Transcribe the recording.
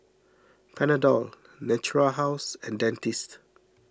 Panadol Natura House and Dentiste